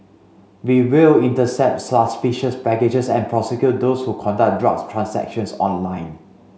we will intercept suspicious packages and prosecute those who conduct drugs transactions online